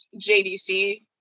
JDC